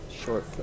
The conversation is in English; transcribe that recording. short